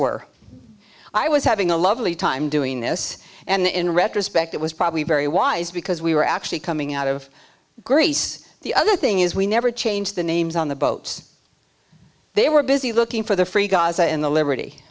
were i was having a lovely time doing this and in retrospect it was probably very wise because we were actually coming out of greece the other thing is we never changed the names on the boats they were busy looking for the free gaza in the liberty